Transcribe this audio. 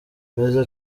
perezida